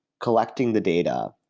collecting the data,